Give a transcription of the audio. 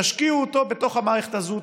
תשקיעו אותו בתוך המערכת הזאת,